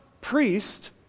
priest